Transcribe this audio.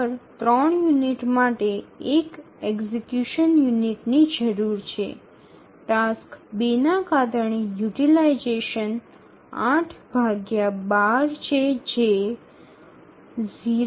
દર ૩ યુનિટ માટે ૧ એક્ઝિકયુશન યુનિટની જરૂર છે ટાસ્ક 2 ના કારણે યુટીલાઈઝેશન ૮૧૨ છે જે 0